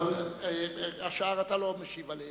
אתה לא משיב עליהן.